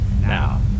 now